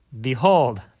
Behold